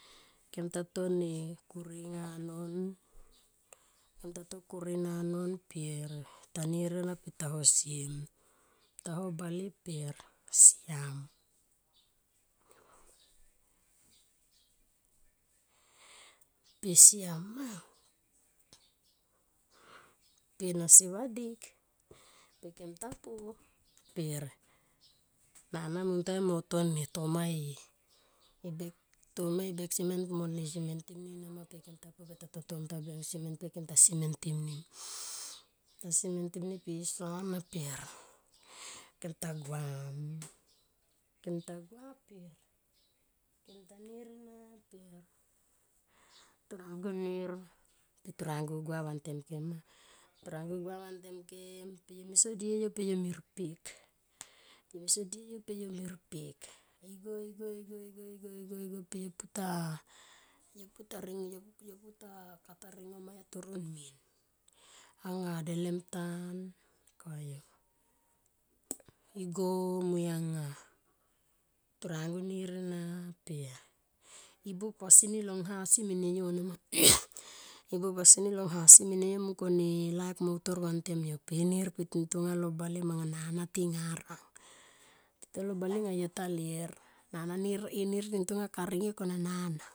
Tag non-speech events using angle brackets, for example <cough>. Kem ta to ne kuri nga non. kem ta to kurina non per ta nir ena ta hosie taho bale per siam. Pe siam ma pe na si vadik pe kem ta pu per nana mun tua yo mone tamae. e bek toma e bek simen mo simentim ni nama pe kem ta simen im ni ta simentim ni pisa na per kem ta guam. kem ta gua per. kem ta gua per. kem ta nir ena per tunangu nir pe turangu gua vantem kem ma. Turangu gua vantem kem pe yo me so die yo pe yo me rpek. yo me so die yo pe yo merpek igo igo igo igo pe yo puta. yo puta ring. yo puta kata ringo ma yo torom min ansa delem natan koyu. Turangu nir ena per ibuop vasini long ngha si mene yo <noise> mung kone. Laik mo utor vantem yo pe inir pe ting tonga lo bale nga yo ta ler per nana nir. i tin tonga karing yo kona nana.